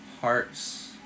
hearts